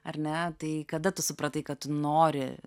ar ne tai kada tu supratai kad tu nori